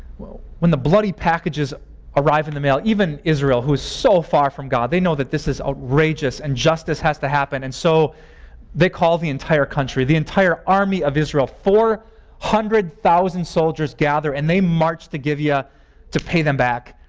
when the bloody packages arrived in the mail, even israel who is so far from god they know that this is outrageous and justice has to happen. and so they call the entire country, the entire army of israel four hundred thousand soldiers gather and they march to gibeah to pay them back.